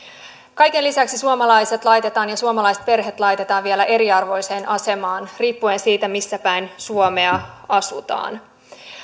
kaiken lisäksi suomalaiset ja suomalaiset perheet laitetaan vielä eriarvoiseen asemaan riippuen siitä missä päin suomea asutaan